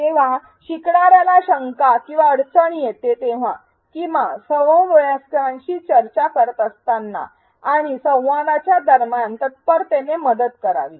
जेव्हा शिकणाऱ्याला शंका किंवा अडचण येते तेव्हा किंवा समवयस्करांशी चर्चा करत असताना आणि संवादाच्या दरम्यान तत्परतेने मदत करावी